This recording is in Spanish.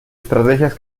estrategias